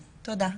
תודה.